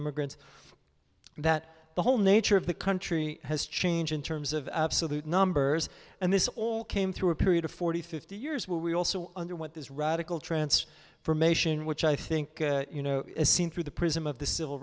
immigrants that the whole nature of the country has changed in terms of absolute numbers and this all came through a period of forty fifty years where we also underwent this radical trance from a sheen which i think you know as seen through the prism of the civil